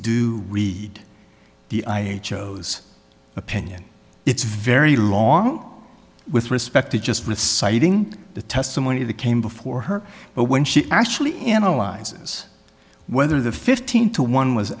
do read the i chose opinion it's very long with respect to just reciting the testimony of the came before her but when she actually analyzes whether the fifteen to one was